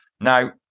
Now